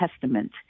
testament